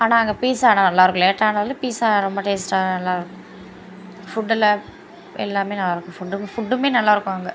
ஆனால் அங்கே பீஸா ஆனால் நல்லாயிருக்கும் லேட்டானாலும் பீஸா ரொம்ப டேஸ்ட்டாக அது நல்லாயிருக்கும் ஃபுட்டில் எல்லாமே நல்லாயிருக்கும் ஃபுட்டும் ஃபுட்டுமே நல்லாயிருக்கும் அங்கே